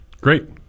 Great